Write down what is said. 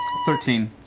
thirteen.